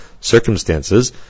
circumstances